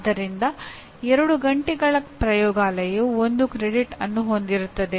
ಆದ್ದರಿಂದ 2 ಗಂಟೆಗಳ ಪ್ರಯೋಗಾಲಯವು 1 ಕ್ರೆಡಿಟ್ ಅನ್ನು ಹೊಂದಿರುತ್ತದೆ